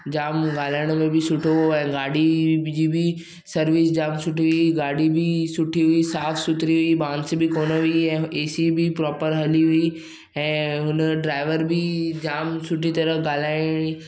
जामु ॻाल्हाइण जो बि सुठो हो ऐं गाॾी ई जी बि सर्विस जामु सुठी हुई गाॾी बि सुठी हुई साफ़ु सुथरी हुई बांस बि कोन हुई ऐं ए सी बि प्रोपर हली हुई ऐं हुनजो ड्रायवर बि जामु सुठी तरह ॻाल्हाईं